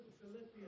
Philippians